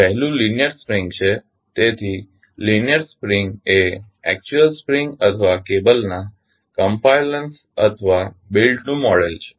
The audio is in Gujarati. પહેલું લીનીઅર સ્પ્રિંગ છે તેથી લીનીઅર સ્પ્રિંગ એ એક્ચ્યુઅલ સ્પ્રિંગ અથવા કેબલના કમ્પ્લાઇન્સ અથવા બેલ્ટ નું મોડેલ છે